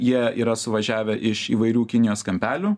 jie yra suvažiavę iš įvairių kinijos kampelių